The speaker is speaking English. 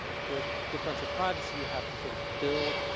with differential privacy you have to sort of build.